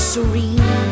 Serene